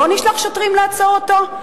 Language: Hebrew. לא נשלח שוטרים לעצור אותו?